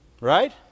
Right